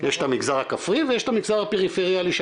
יש את המגזר הכפרי ויש את המגזר הפריפריאלי זה